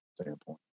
standpoint